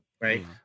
right